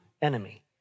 enemy